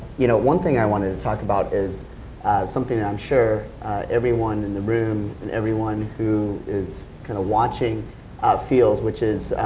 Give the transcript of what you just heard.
you know, one thing i wanted to talk about is something iim um sure everyone in the room and everyone who is kind of watching feels which is,